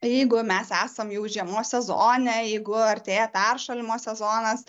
jeigu mes esam jau žiemos sezone jeigu artėja peršalimo sezonas